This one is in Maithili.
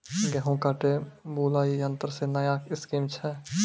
गेहूँ काटे बुलाई यंत्र से नया स्कीम छ?